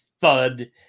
thud